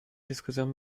diskussionen